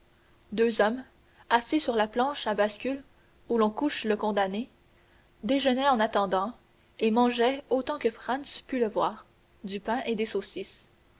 deux hommes assis sur la planche à bascule où l'on couche le condamné déjeunaient en attendant et mangeaient autant que franz pût le voir du pain et des saucisses